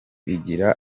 igira